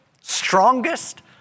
strongest